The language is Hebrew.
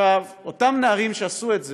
עכשיו, אותם נערים שעשו את זה,